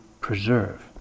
preserve